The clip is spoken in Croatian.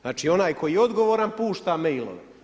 Znači, onaj koji je odgovaran pušta mail-ove.